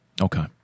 Okay